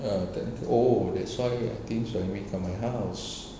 ya and oh that's why I think suhaimi come my house